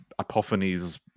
Apophanes